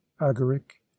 agaric